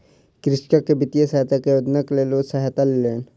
कृषक वित्तीय सहायता के आवेदनक लेल ओ सहायता लेलैन